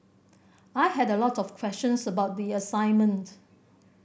I had a lot of questions about the assignment